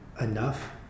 enough